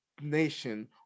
nation